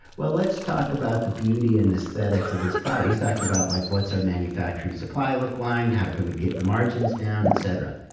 well, let's talk about the beauty and aesthetics of this product. he's talking about, like what's our manufacturing supply look like? how can we get the margins down? et cetera.